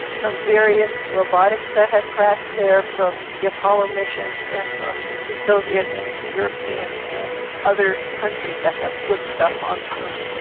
from various robotics that have crashed there from the apollo missions and from the soviet and european and other countries that have put stuff on the moon.